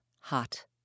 hot